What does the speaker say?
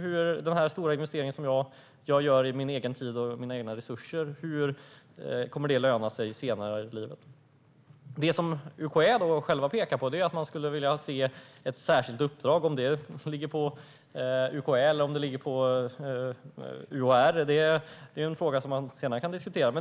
hur den stora investering man gör med egen tid och egna resurser kommer att löna sig senare i livet. Det som UKÄ självt pekar på är att man skulle vilja se ett särskilt uppdrag. Om det ska ligga på UKÄ eller UHR är en fråga som man kan diskutera senare.